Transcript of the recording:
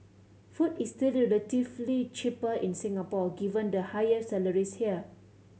food is still relatively cheaper in Singapore given the higher salaries here